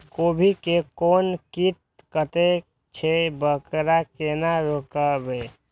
गोभी के कोन कीट कटे छे वकरा केना रोकबे?